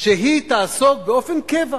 שהיא תעסוק באופן קבוע